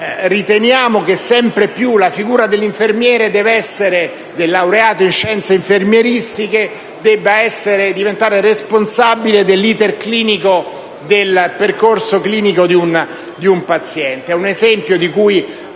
riteniamo che sempre più la figura del laureato in scienze infermieristiche debba diventare responsabile del percorso clinico di un paziente.